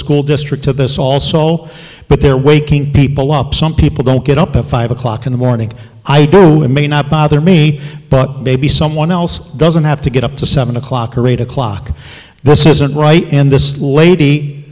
school district to this also but they're waking people up some people don't get up at five o'clock in the morning i do it may not bother me but maybe someone else doesn't have to get up to seven o'clock or eight o'clock this isn't right and this lady